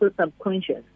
subconscious